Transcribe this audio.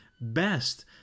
best